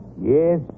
Yes